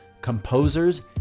composers